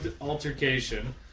altercation